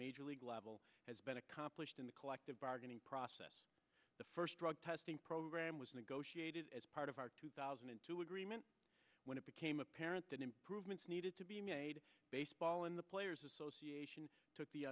major league level has been accomplished in the collective bargaining process the first drug testing program was negotiated as part of our two thousand and two agreement when it became apparent that improvements needed to be made baseball and the players association took the